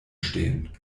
stehen